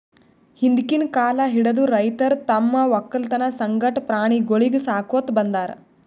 ಹಿಂದ್ಕಿನ್ ಕಾಲ್ ಹಿಡದು ರೈತರ್ ತಮ್ಮ್ ವಕ್ಕಲತನ್ ಸಂಗಟ ಪ್ರಾಣಿಗೊಳಿಗ್ ಸಾಕೋತ್ ಬಂದಾರ್